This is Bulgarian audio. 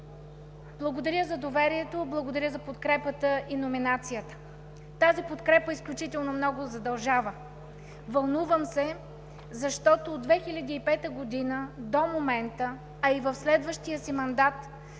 Благодаря за доверието, благодаря за подкрепата и за номинацията! Тази подкрепа изключително много задължава. Вълнувам се, защото от 2005 г. до момента, а и в следващия си мандат